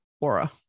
Aura